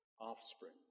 offspring